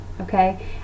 Okay